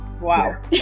wow